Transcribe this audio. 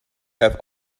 have